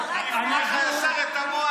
את המוח,